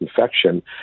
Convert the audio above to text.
infection